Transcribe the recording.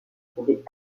trouvé